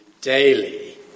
daily